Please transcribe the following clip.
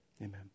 Amen